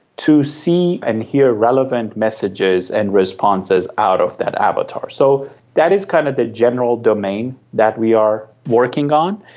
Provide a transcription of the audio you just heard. to see and hear relevant messages and responses out of that avatar. so that is kind of the general domain that we are working on.